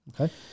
Okay